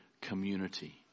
community